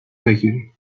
بگیرید